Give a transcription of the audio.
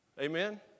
Amen